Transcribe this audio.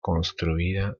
construida